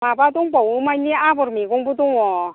माबा दंबावो माने आगर मैगंबो दङ